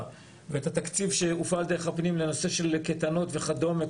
ואת התקציב שהופעל דרך הפנים לנושא של קייטנות וכדומה,